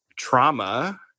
trauma